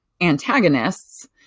antagonists